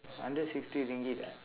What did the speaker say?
hundred sixty ringgit ah